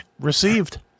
received